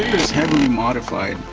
is heavily modified.